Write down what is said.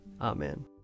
Amen